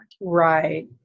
Right